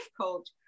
coach